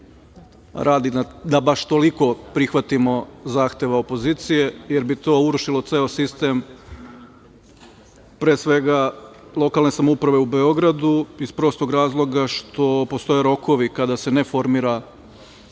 radi da baš toliko prihvatimo zahtev opozicije, jer bi to urušilo ceo sistem pre svega lokalne samouprave u Beogradu, iz prostog razloga što postoje rokovi kada se ne formira